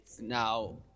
Now